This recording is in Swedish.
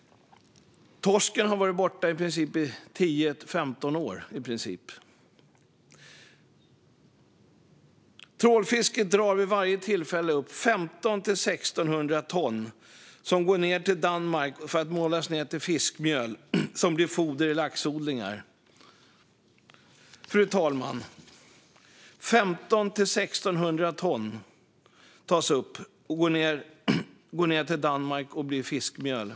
Torsken har i princip varit borta i 10-15 år. Trålfisket drar vid varje tillfälle upp 1 500-1 600 ton, som går ned till Danmark för att malas ned till fiskmjöl som blir foder i laxodlingar. Fru talman! 1 500-1 600 ton tas upp och går ned till Danmark och blir fiskmjöl.